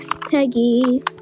Peggy